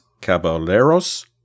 Caballeros